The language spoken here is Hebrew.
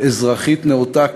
אזרחית נאותה,